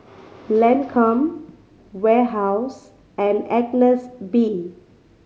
Lancome Warehouse and Agnes B